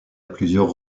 plusieurs